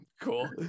Cool